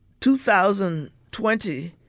2020